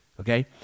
Okay